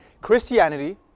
Christianity